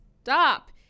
stop